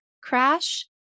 crash